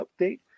update